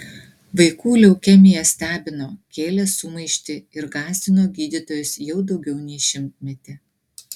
vaikų leukemija stebino kėlė sumaištį ir gąsdino gydytojus jau daugiau nei šimtmetį